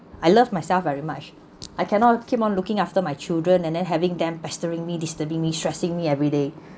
I love myself very much I cannot keep on looking after my children and then having them pestering me disturbingly stressing me everyday